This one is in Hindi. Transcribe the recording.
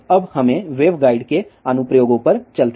अब हमें वेवगाइड के अनुप्रयोगों पर चलते हैं